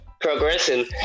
progressing